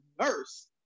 nurse